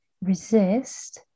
resist